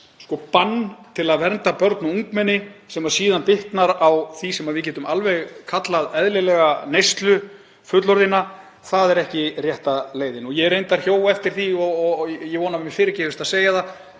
að bann til að vernda börn og ungmenni, sem síðan bitnar á því sem við getum alveg kallað eðlilega neyslu fullorðinna, er ekki rétta leiðin. Ég hjó reyndar eftir því og ég vona að mér fyrirgefist að segja það